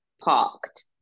parked